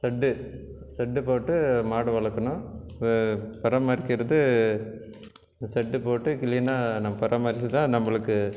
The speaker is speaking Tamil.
செட்டு செட்டு போட்டு மாடு வளர்க்கணும் இப்போ பராமரிக்கிறது செட்டு போட்டு க்ளீனாக நம்ம பராமரித்துதான் நம்மளுக்கு